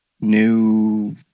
New